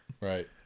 Right